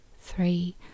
three